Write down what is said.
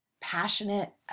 Passionate